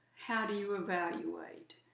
how do you evaluate?